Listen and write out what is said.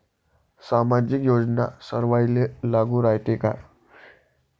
सामाजिक योजना सर्वाईले लागू रायते काय?